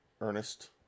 Ernest